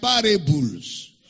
parables